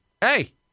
hey